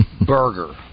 burger